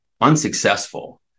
unsuccessful